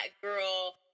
girl